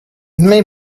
may